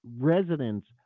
residents